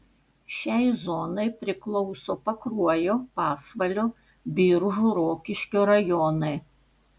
šiai zonai priklauso pakruojo pasvalio biržų rokiškio rajonai